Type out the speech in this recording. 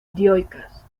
dioicas